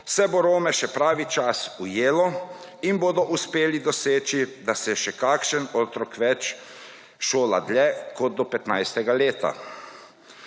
se bo Rome še pravi čas ujelo in bodo uspeli doseči, da se še kakšen otrok več šola dlje kot do 15 leta.